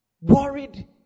Worried